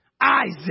Isaac